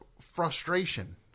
frustration